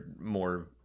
more